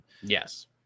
yes